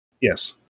Yes